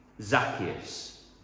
Zacchaeus